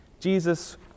Jesus